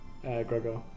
Gregor